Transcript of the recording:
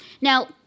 now